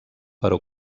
però